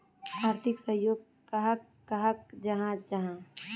आर्थिक सहयोग कहाक कहाल जाहा जाहा?